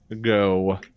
go